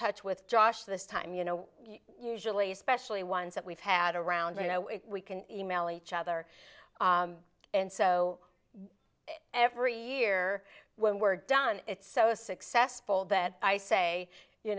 touch with josh this time you know usually especially ones that we've had around you know we can email each other and so every year when we're done it's so successful that i say you